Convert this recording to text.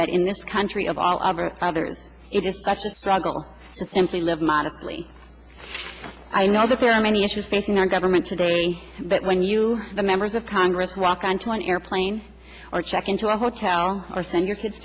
that in this country of all of our fathers it is such a struggle to simply live modestly i know that there are many issues facing our government today that when you the members of congress walk onto an airplane or check into a hotel or send your kids